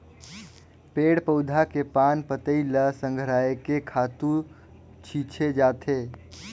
पेड़ पउधा के पान पतई ल संघरायके खातू छिछे जाथे